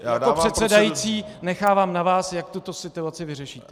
Pane předsedající, nechávám na vás, jak tuto situaci vyřešíte.